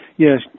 Yes